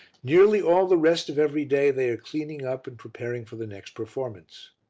nearly all the rest of every day they are cleaning up and preparing for the next performance.